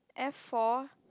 F four